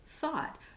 thought